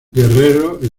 guerrero